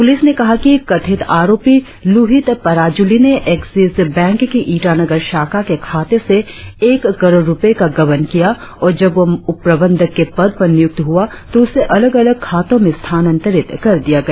प्रलिस ने कहा कि कथित आरोपी लुहित पराजुली ने एक्सिस बैंक की ईटानगर शाखा के खाते से एक करोड़ रुपए का गबन किया और जब वह उपप्रबंधक के पद पर नियुक्त हुआ तो उसे अलग अलग खातों में स्थानांतरित कर दिया गया